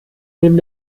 neben